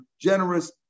generous